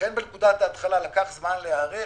לכן בנקודת ההתחלה לקח זמן להיערך,